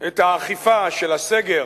את האכיפה של הסגר